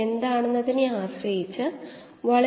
ഇനി വിശദീകരിക്കാം